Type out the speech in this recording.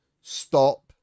stop